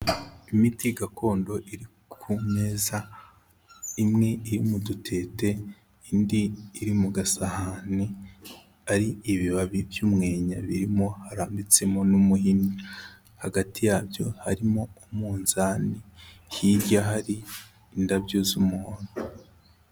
Imiti gakondo iri ku meza imwe iri mu dutete, indi iri mu gasahani ari ibibabi by'umwenya birimo harambitsemo n'umuhini, hagati yabyo harimo umunzani, hirya hari indabyo z'umuhondo.